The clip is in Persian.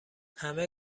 همه